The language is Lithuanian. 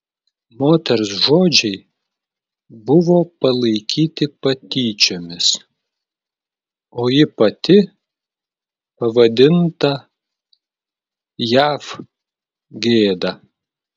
moters žodžiai buvo palaikyti patyčiomis o ji pati pavadinta jav gėda